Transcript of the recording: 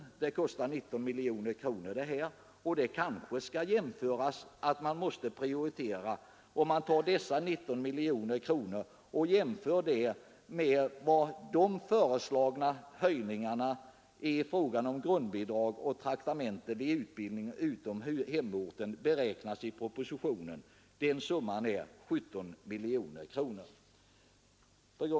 Denna reform kostar 19 miljoner kronor, och det beloppet skall kanske vid en prioritering ställas mot den beräknade kostnaden för de i propositionen föreslagna höjningarna av grundbidrag och traktamente vid utbildning utanför hemorten, nämligen 17 miljoner kronor.